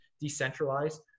decentralized